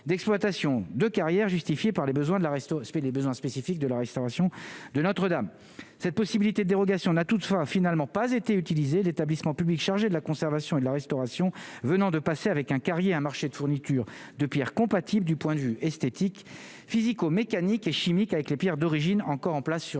d'exploitation de carrières justifiée par les besoins de la les besoins spécifiques de la restauration de Notre-Dame, cette possibilité de dérogation n'a toutefois finalement pas été utilisées, l'établissement public chargé de la conservation et la restauration, venant de passer avec un quartier, un marché de fourniture de Pierre compatible, du point de vue esthétique physico-mécaniques et chimiques avec les pierres d'origine. Quand en place sur